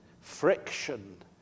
friction